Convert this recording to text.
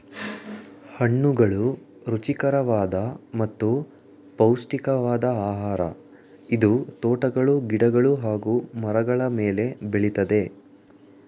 ಹಣ್ಣುಗಳು ರುಚಿಕರವಾದ ಮತ್ತು ಪೌಷ್ಟಿಕವಾದ್ ಆಹಾರ ಇದು ತೋಟಗಳು ಗಿಡಗಳು ಹಾಗೂ ಮರಗಳ ಮೇಲೆ ಬೆಳಿತದೆ